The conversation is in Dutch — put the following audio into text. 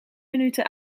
minuten